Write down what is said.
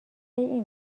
این